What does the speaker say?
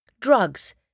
Drugs